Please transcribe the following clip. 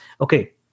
Okay